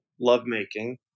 lovemaking